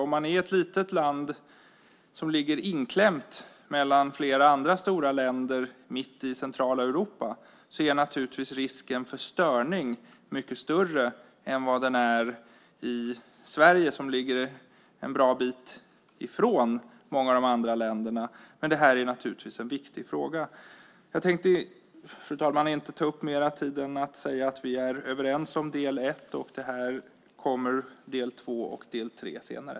Om man är ett litet land som ligger inklämt mellan flera andra stora länder mitt i centrala Europa är naturligtvis risken för störning mycket större än vad den är i Sverige som ligger en bra bit ifrån många av de andra länderna. Men det här är naturligtvis en viktig fråga. Jag tänkte, fru talman, inte ta upp mer tid än att säga att vi är överens om del ett. Del två och del tre kommer senare.